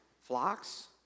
flocks